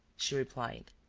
she replied.